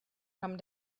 come